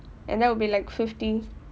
and that would be like fifty